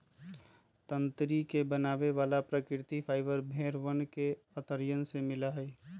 तंत्री के बनावे वाला प्राकृतिक फाइबर भेड़ वन के अंतड़ियन से मिला हई